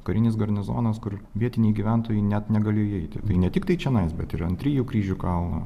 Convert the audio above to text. karinis garnizonas kur vietiniai gyventojai net negalėjo įeiti tai ne tiktai čionai bet ir ant trijų kryžių kalno